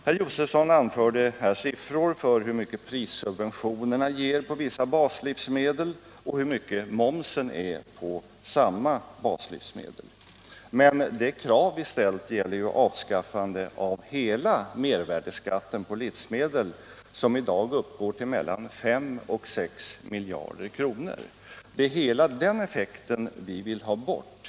Herr Josefson lämnade siffror på hur mycket subventionerna påverkar prishöjningarna på vissa baslivsmedel och hur mycket momsen påverkar priserna på samma baslivsmedel. Men det krav vi ställt gäller ju avskaffande av hela mervärdeskatten på livsmedel, som i dag uppgår till mellan 5 och 6 miljarder kronor. Det är hela den effekten vi vill ha bort.